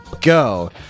Go